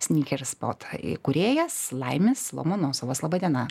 sneaker spot įkūrėjas laimis lomonosovas laba diena